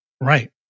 Right